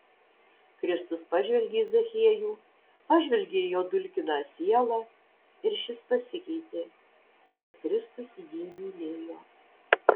kristus pažvelgė į zachiejų pažvelgė į jo dulkiną sielą ir šis pasikeitė nes kristus jį mylėjo